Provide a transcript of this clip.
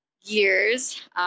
years